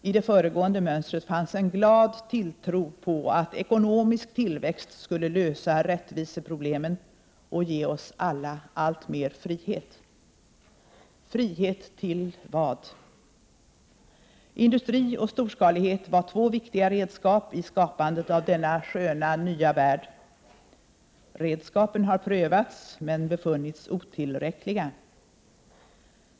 I det föregående mönstret fanns en glad tilltro till att ekonomisk tillväxt skulle lösa rättviseproblemen och ge oss alla alltmer frihet. Frihet till vad? Industri och storskalighet var två viktiga redskap iskapandet av denna sköna, nya värld. Redskapen har prövats, men befunnits otillräckliga.